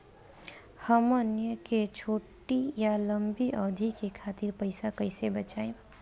हमन के छोटी या लंबी अवधि के खातिर पैसा कैसे बचाइब?